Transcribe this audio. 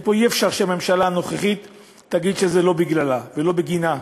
ופה אי-אפשר שהממשלה הנוכחית תגיד שזה לא בגללה ולא בגינה.